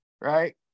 right